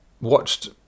watched